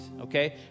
okay